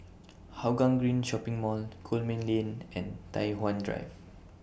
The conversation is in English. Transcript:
Hougang Green Shopping Mall Coleman Lane and Tai Hwan Drive